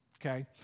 okay